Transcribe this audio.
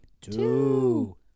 two